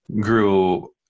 grew